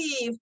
leave